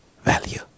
value